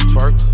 Twerk